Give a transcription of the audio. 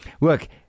Look